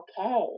Okay